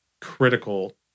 critical